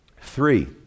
Three